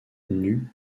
nues